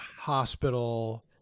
hospital